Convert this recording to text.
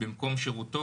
במקום שירותו,